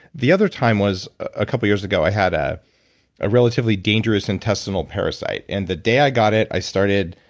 the other time was a couple years ago i had ah a relatively dangerous intestinal parasite, and the day i got it, i started,